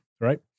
right